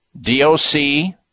D-O-C